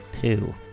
Two